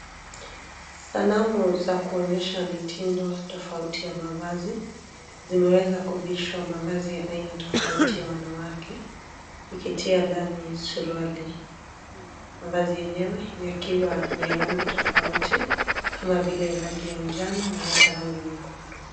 Sanamu za kuonyesha mitindo tofauti ya mavazi zimeweza kuvishwa mavazi ya aina tofauti ya wanawake ikitia ndani suruali. Mavazi yenyewe yakiwa ni ya rangi tofauti kama vile rangi ya njano na hata rangi nyekundu.